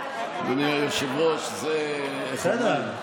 אדוני היושב-ראש, איך אומרים?